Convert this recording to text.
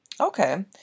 Okay